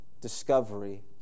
discovery